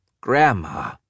Grandma